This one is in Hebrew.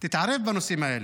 תתערב בנושאים האלה.